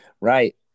Right